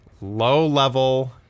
low-level